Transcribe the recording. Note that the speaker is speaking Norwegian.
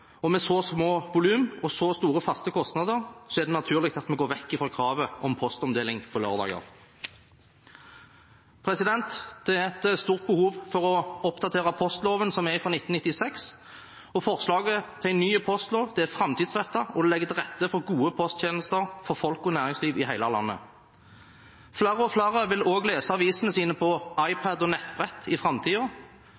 og med så små volum og så store faste kostnader er det naturlig at vi går bort fra kravet om postomdeling på lørdager. Det er et stort behov for å oppdatere postloven som er fra 1996, og forslaget til ny postlov er framtidsrettet og legger til rette for gode posttjenester for folk og næringsliv i hele landet. Flere og flere vil også lese avisene sine på iPad og nettbrett i